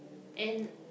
and